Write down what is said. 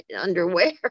underwear